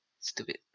Stupid